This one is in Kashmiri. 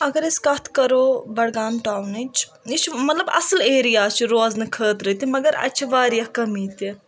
اگر أسۍ کَتھ کَرو بَڈگام ٹاونٕچ یہِ چھِ مطلب اصل ایریا روزنہٕ خٲطرٕ تہِ مگر اَتہِ چھِ واریاہ کٔمی تہِ